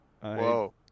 Whoa